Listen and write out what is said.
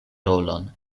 rolon